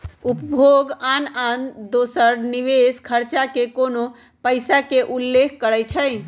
उपभोग कर आन दोसर निवेश खरचा पर कोनो पइसा के उल्लेख करइ छै